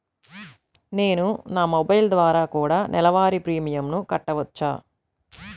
నేను నా మొబైల్ ద్వారా కూడ నెల వారి ప్రీమియంను కట్టావచ్చా?